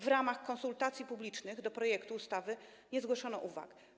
W ramach konsultacji publicznych do projektu ustawy nie zgłoszono uwag.